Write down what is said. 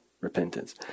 repentance